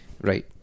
right